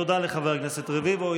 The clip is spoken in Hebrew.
תודה לחבר הכנסת רביבו.